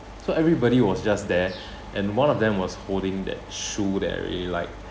so everybody was just there and one of them was holding that shoe that I really like